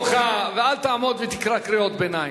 שב במקומך ואל תעמוד ותקרא קריאות ביניים.